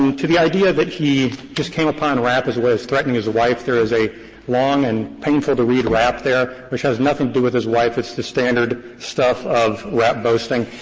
um to the idea that he just came upon rap as a way of threatening his wife. there is a long and painful-to-read rap there which has nothing to do with his wife. it's the standard stuff of rap boasting.